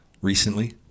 recently